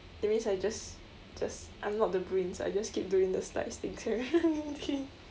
that means I just just I'm not the brains I just keep doing the slides things okay